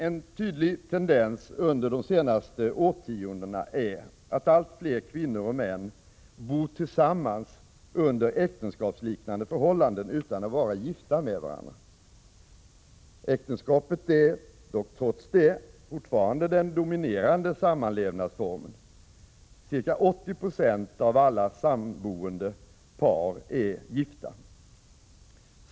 En tydlig tendens under de senaste årtiondena är att allt fler kvinnor och män bor tillsammans under äktenskapsliknande förhållanden utan att vara gifta med varandra. Äktenskapet är dock trots det fortfarande den dominerande samlevnadsformen. Ca 80 96 av alla samboende par är gifta.